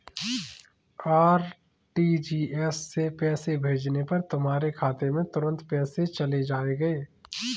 RTGS से पैसे भेजने पर तुम्हारे खाते में तुरंत पैसे चले जाएंगे